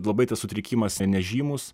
labai tas sutrikimas nežymūs